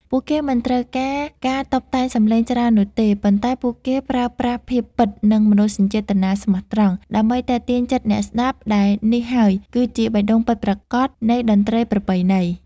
ពួកគេមិនត្រូវការការតុបតែងសំឡេងច្រើននោះទេ ប៉ុន្តែពួកគេប្រើប្រាស់ភាពពិត និង មនោសញ្ចេតនាស្មោះត្រង់ ដើម្បីទាក់ទាញចិត្តអ្នកស្តាប់ ដែលនេះហើយគឺជាបេះដូងពិតប្រាកដនៃតន្ត្រីប្រពៃណី។